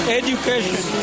education